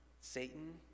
Satan